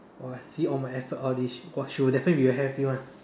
!wah! see all my effort all this !wah! she will definitely be happy [one]